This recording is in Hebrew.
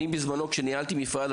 אני בזמנו כשניהלתי מפעל,